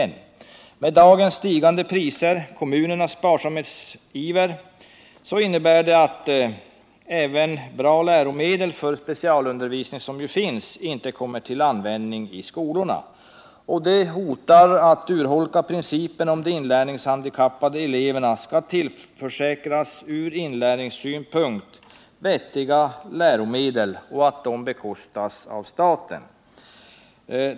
Dagens stigande priser och kommunernas sparsamhetsiver innebär att många av de — även bra - läromedel för specialundervisning som nu finns inte kommer till användning i skolorna. Det hotar att urholka principen om att de inlärningshandikappade eleverna skall tillförsäkras ur inlärningssynpunkt vettiga läromedel och att dessa skall bekostas av staten.